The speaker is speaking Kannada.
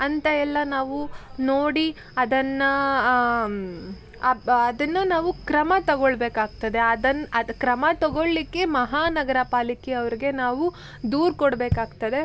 ಅಂತ ಎಲ್ಲ ನಾವು ನೋಡಿ ಅದನ್ನು ಅದನ್ನೂ ನಾವು ಕ್ರಮ ತಗೊಕೊಳ್ಳಬೇಕಾಗ್ತದೆ ಅದನ್ನು ಅದು ಕ್ರಮ ತಗೊಳ್ಲಿಕ್ಕೆ ಮಹಾನಗರಪಾಲಿಕೆಯವರಿಗೆ ನಾವು ದೂರು ಕೊಡಬೇಕಾಗ್ತದೆ